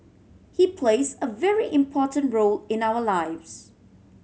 he plays a very important role in our lives